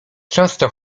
często